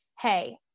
hey